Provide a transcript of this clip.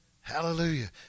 hallelujah